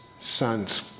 sons